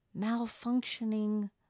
Malfunctioning